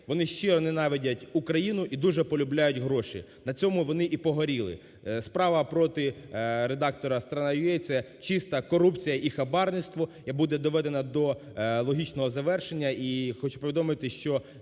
вони щиро ненавидять України і дуже полюбляють гроші. На цьому вони і погоріли. Справа проти редактора "strana.ua" – це чиста корупція і хабарництво і буде доведена до логічного завершення.